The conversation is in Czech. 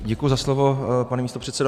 Děkuji za slovo, pane místopředsedo.